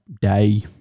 day